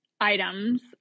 items